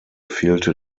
fehlte